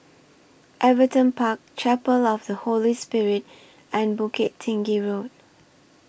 Everton Park Chapel of The Holy Spirit and Bukit Tinggi Road